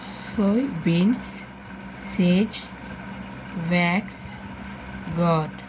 soybeans sage wax god